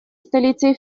столицей